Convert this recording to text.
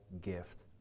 gift